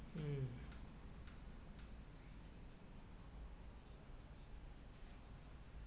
mm